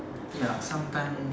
ya sometimes